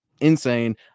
insane